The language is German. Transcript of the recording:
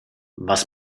was